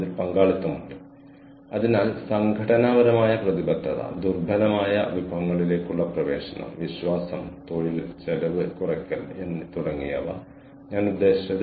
കൂടാതെ നിങ്ങൾ വേണ്ടത്ര പ്രതിബദ്ധതയുള്ളവരാണെങ്കിൽ നിങ്ങൾ വേണ്ടത്ര പഠിക്കുന്നുണ്ടെങ്കിൽ നിങ്ങൾ വേണ്ടത്ര ആത്മാർത്ഥതയുള്ളവരാണെങ്കിൽ നിങ്ങൾക്ക് ഒരു സർട്ടിഫിക്കറ്റ് ലഭിക്കും അത് നിങ്ങൾ മികച്ച നിറങ്ങളോടെ വിജയിച്ചു